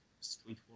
street